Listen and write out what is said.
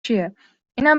چیه؟ اینم